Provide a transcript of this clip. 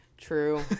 True